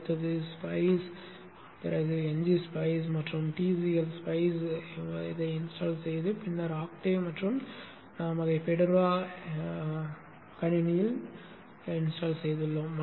அடுத்தது Spice ngSpice மற்றும் tcl spice நிறுவப்பட்டு பின்னர் ஆக்டேவ் மற்றும் நாம் அதை fedora கணினியில் நிறுவியுள்ளோம்